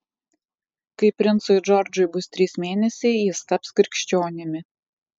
kai princui džordžui bus trys mėnesiai jis taps krikščionimi